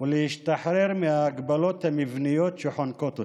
ולהשתחרר מההגבלות המבניות שחונקות אותה.